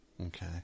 Okay